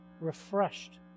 refreshed